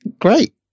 Great